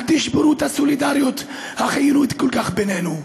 אל תשברו את הסולידריות החיונית כל כך בינינו.